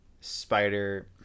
Spider